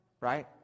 right